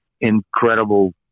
incredible